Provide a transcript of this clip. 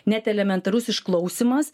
net elementarus išklausymas